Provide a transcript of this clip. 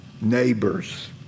neighbors